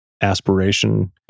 aspiration